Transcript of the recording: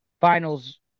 finals